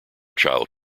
child